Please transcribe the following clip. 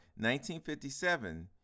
1957